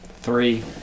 three